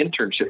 internship